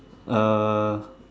uh